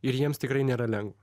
ir jiems tikrai nėra lengva